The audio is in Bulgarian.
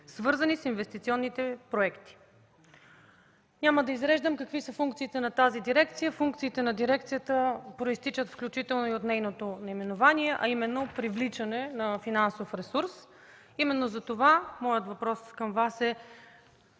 свързани с инвестиционните проекти”. Няма да изреждам какви са функциите на тази дирекция. Те произтичат включително от нейното наименование, а именно привличане на финансов ресурс. Именно затова моят въпрос към Вас е: